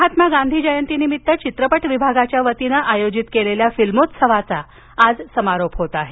महात्मा गांधी जयंतीनिमित्त चित्रपट विभागाच्या वतीन आयोजित केलेल्या फिल्मोत्सवाचा आज समारोप होत आहे